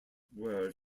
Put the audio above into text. word